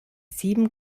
sieben